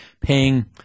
paying